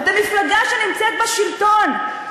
אתם מפלגה שנמצאת בשלטון,